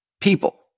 people